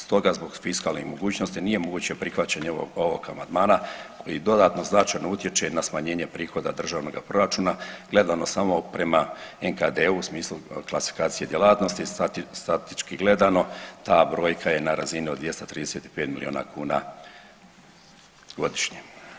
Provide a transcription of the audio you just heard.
Stoga zbog fiskalnih mogućnosti nije moguće prihvaćanje ovog amandmana i dodatno značajno utječe na smanjenje prihoda državnoga proračuna gledano samo prema NKD-u u smislu klasifikacije djelatnosti, statički gledano ta brojka je na razini od 235 milijuna kuna godišnje.